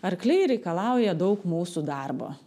arkliai reikalauja daug mūsų darbo